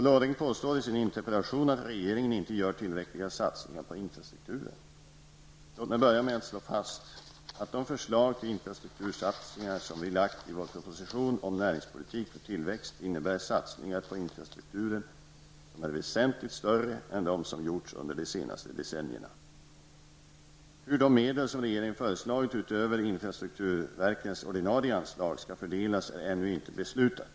Låt mig börja med att slå fast att de förslag till infrastruktursatsningar som vi lagt i vår proposition om näringspolitik för tillväxt innebär satsningar på infrastrukturen som är väsentligt större än de som gjorts under de senaste decennierna. Hur de medel som regeringen föreslagit utöver infrastrukturverkens ordinarie anslag skall fördelas är ännu inte beslutat.